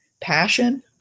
passion